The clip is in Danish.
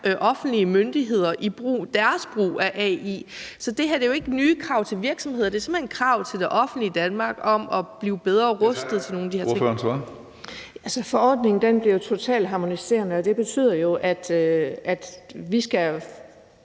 offentlige myndigheder i forhold til deres brug af AI. Så det her er jo ikke nye krav til virksomheder; det er simpelt hen krav til det offentlige Danmark om at blive bedre rustet til nogle af de her ting. Kl. 14:33 Tredje næstformand (Karsten Hønge): Ordføreren for et svar.